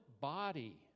body